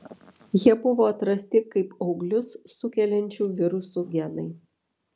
jie buvo atrasti kaip auglius sukeliančių virusų genai